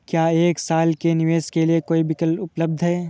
क्या एक साल के निवेश के लिए कोई विकल्प उपलब्ध है?